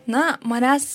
na manęs